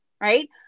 right